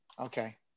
Okay